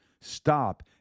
stop